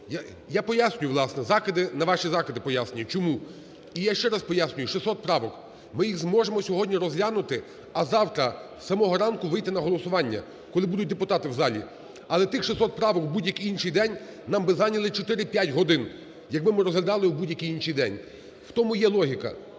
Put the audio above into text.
Я пояснюю, власне, закиди, на на ваші закиди пояснюю, чому. І я ще раз пояснюю, 600 правок. Ми їх зможемо сьогодні розглянути, а завтра з самого ранку вийти на голосування, коли будуть депутати в залі. Але тих 600 правок в будь-який інший день нам би зайняли 4-5 годин, якби ми розглядали в будь-який інший день. В тому є логіка,